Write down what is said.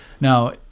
now